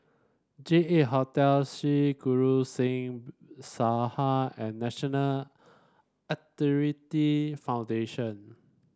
J eight Hotel Sri Guru Singh Sabha and National Arthritis Foundation